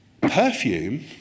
perfume